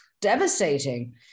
devastating